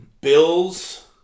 Bills